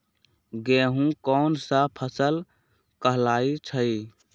गेहूँ कोन सा फसल कहलाई छई?